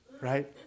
right